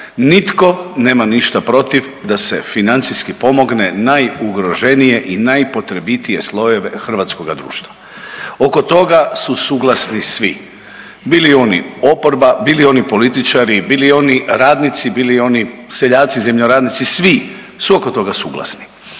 Nitko nema ništa protiv da se financijski pomogne najugroženije i najpotrebitije slojeve hrvatskoga društva. Oko toga su suglasni svi bili oni oporba, bili oni političari, bili oni radnici, bili oni seljaci, zemljoradnici, svi su oko toga suglasni.